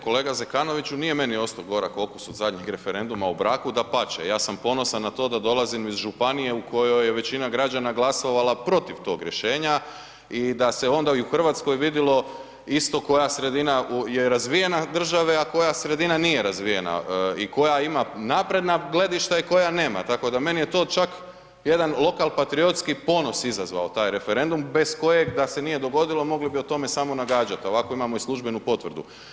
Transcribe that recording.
Kolega Zekanoviću, nije meni ostao gorak okus od zadnjeg referenduma o braku, dapače, ja sam ponosan na to da dolazim iz županije u kojoj je većina građana protiv tog rješenja i da se onda i u RH vidilo isto koja sredina je razvijena države, a koja sredina nije razvijena i koja ima napredna gledišta i koja nema, tako da meni je to čak i jedan lokal patriotski ponos izazvao taj referendum bez kojeg da se nije dogodilo, mogli bi o tome samo nagađati, ovako imamo i službenu potvrdu.